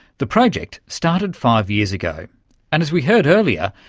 the project started five years ago and, as we heard earlier,